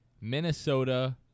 Minnesota